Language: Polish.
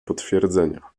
potwierdzenia